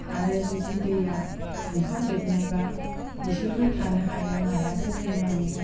आरो जुदि दैया दुंखावजोबनायब्ला बिसोरबो थानो हाया नायाबो थैनाङो